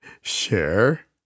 Share